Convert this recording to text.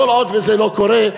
כל עוד זה לא קורה,